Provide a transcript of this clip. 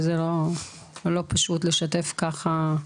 זה לא פשוט לשתף ככה,